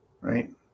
right